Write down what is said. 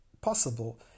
possible